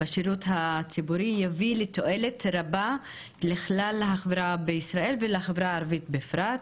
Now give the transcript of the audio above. בשירות הציבורי יביא לתועלת רבה לכלל החברה בישראל ולחברה הערבית בפרט.